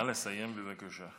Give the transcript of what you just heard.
נא לסיים, בבקשה.